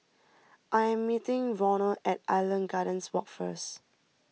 I am meeting Ronald at Island Gardens Walk first